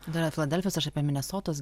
dar yra filadelfijos aš apie minesotos